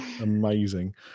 amazing